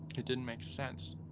it didn't make sense.